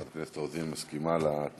חברת הכנסת רוזין מסכימה לתנאים.